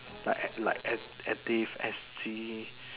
like like active S_G